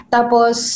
Tapos